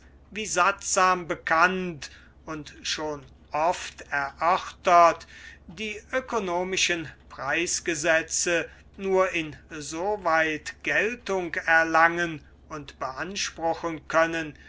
wie sattsam bekannt und schon oft erörtert die ökonomischen preisgesetze nur insoweit geltung erlangen und beanspruchen können